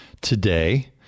today